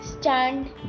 stand